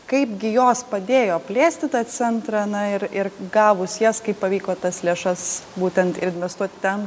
kaipgi jos padėjo plėsti tą centrą na ir ir gavus jas kaip pavyko tas lėšas būtent ir investuot ten